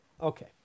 okay